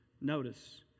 Notice